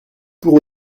pour